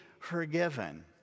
forgiven